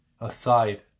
aside